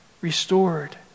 restored